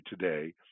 today